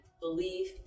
belief